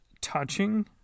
touching